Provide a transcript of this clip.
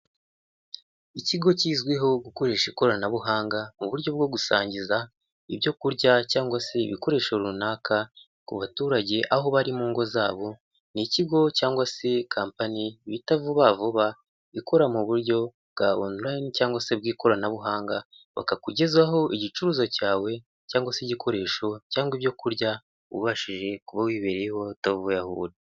Ikigo kizwiho gukoresha ikoranabuhanga muburyo bwo gusangiza ibyo kurya cyangwa se ibikoresho runaka ku baturage aho bari mu ngo zabo, ni ikigo cyangwa se kampani bita vuba vuba, ikora muburyo bwa onolayini cyangwa se bw'ikoranabuhanga, bakakugezaho igicuruza cyawe cyangwa se igikoresho cyangwa ibyo kurya ubashije kuba wibereye iwawe utavuye aho uri.